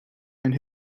and